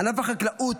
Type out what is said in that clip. ענף החקלאות,